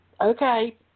okay